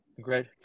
great